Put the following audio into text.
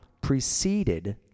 preceded